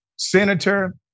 Senator